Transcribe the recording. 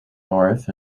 north